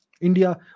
India